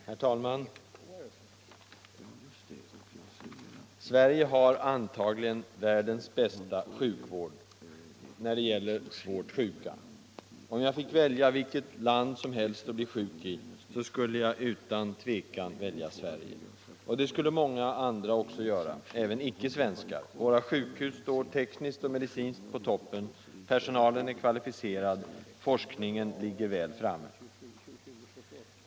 Herr talman! Sverige har antagligen världens bästa sjukvård när det gäller svårt sjuka. Om jag fick välja vilket land som helst att bli sjuk i, så skulle jag utan tvekan välja Sverige. Och det skulle många andra också göra, även icke-svenskar. Våra sjukhus står tekniskt och medicinskt på toppen, personalen är kvalificerad, forskningen ligger väl framme.